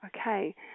okay